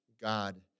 God